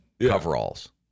Coveralls